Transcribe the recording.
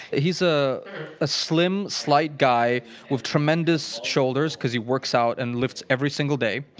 he's ah a slim, slight guy with tremendous shoulders, because he works out and lifts every single day.